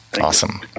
awesome